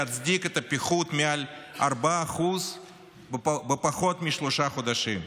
להצדיק את הפיחות של מעל 4% בפחות משלושה חודשים.